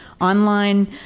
online